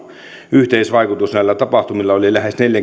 yhteisvaikutus näillä tapahtumilla oli